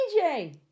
DJ